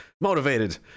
motivated